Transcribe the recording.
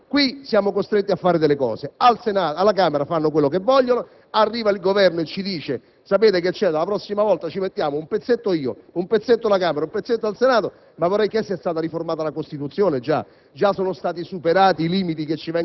il livello di soddisfazione rispetto a questo *iter*, piuttosto travagliato, per cui qui siamo costretti a fare delle cose, alla Camera fanno quello che vogliono, arriva il Governo che ci dice che dalla prossima volta un pezzetto lui, un pezzetto la Camera, un pezzetto il Senato...